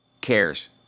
cares